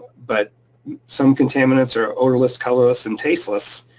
but some contaminants are odorless, colorless, and tasteless.